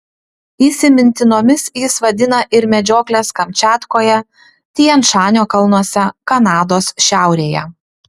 įsimintinomis jis vadina ir medžiokles kamčiatkoje tian šanio kalnuose kanados šiaurėje